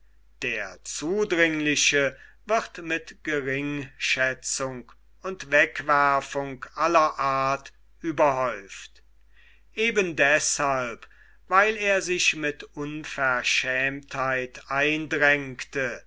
der zudringliche wird mit geringschätzung und wegwerfung aller art überhäuft eben deshalb weil er sich mit unverschämtheit eindrängte